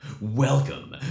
Welcome